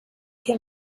him